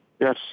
Yes